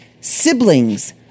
siblings